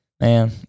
Man